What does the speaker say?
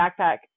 backpack